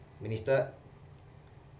minister